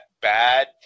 bad